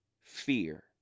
Fear